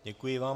Děkuji vám.